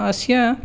अस्य